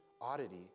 oddity